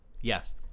yes